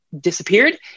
disappeared